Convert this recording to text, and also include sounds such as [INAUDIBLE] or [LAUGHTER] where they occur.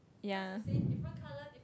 ya [BREATH]